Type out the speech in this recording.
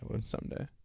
Someday